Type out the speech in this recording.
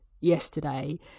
yesterday